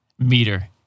Meter